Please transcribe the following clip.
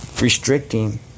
restricting